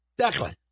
Declan